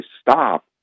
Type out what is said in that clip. stop